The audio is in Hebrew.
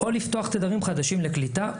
או לפתוח ערוצים חדשים לקליטה,